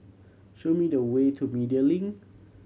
show me the way to Media Link